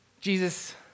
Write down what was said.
Jesus